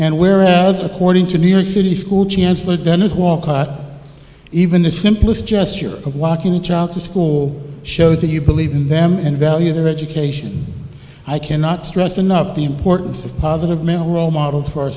and whereas according to new york city school chancellor dennis walcott even the simplest gesture of walking a child to school shows that you believe in them and value their education i cannot stress enough the importance of positive male role models for our